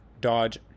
Dodge